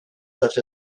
such